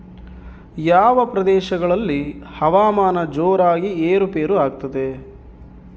ಯಾವ ಪ್ರದೇಶಗಳಲ್ಲಿ ಹವಾಮಾನ ಜೋರಾಗಿ ಏರು ಪೇರು ಆಗ್ತದೆ?